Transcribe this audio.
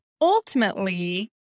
ultimately